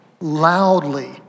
loudly